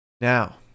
Now